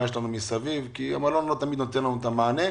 יש מסביב כי המלון לא תמיד נותן לנו את המענה.